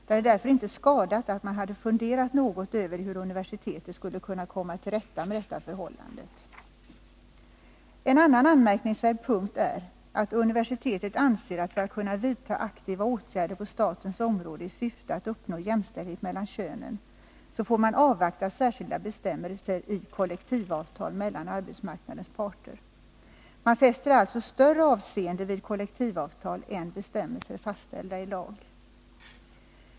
Det hade därför inte skadat att man hade funderat något över hur universitetet skulle komma till rätta med detta förhållande. En annan anmärkningsvärd punkt är att universitetet anser att man för att kunna vidta aktiva åtgärder på statens område i syfte att uppnå jämställdhet mellan könen, får avvakta särskilda bestämmelser i kollektivavtalen mellan arbetsmarknadens parter. Man fäster alltså större avseende vid ett kollektivavtal än bestämmelser fastställda i lag.